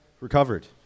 Recovered